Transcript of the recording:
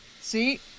See